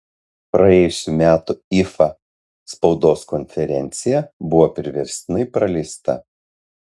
praėjusių metų ifa spaudos konferencija buvo priverstinai praleista